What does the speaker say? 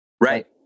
Right